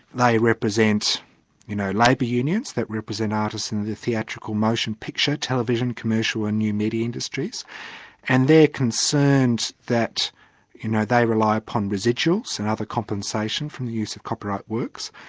they represent you know labour unions that represent artists and the theatrical, motion picture, television commercial and new media industries and they're concerned that you know they rely upon residuals and other compensation from the use of copyright works,